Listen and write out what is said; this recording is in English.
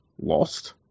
lost